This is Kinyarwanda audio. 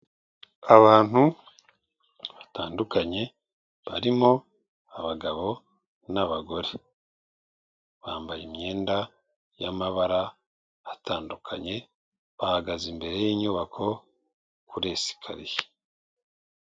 Abantu batandukanye barimo abagabo n'abagore bambaye imyenda y'amabara atandukanye bahagaze imbere y'inyubako kuri esikariye.